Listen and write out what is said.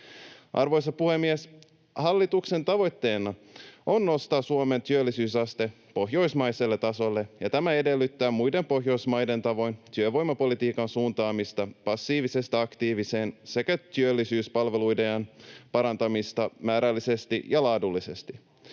Arvoisa puhemies! Hallituksen tavoitteena on nostaa Suomen työllisyysaste pohjoismaiselle tasolle, ja tämä edellyttää muiden Pohjoismaiden tavoin työvoimapolitiikan suuntaamista passiivisesta aktiiviseen sekä työllisyyspalveluiden parantamista määrällisesti ja laadullisesti.